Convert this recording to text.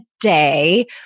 day